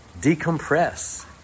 decompress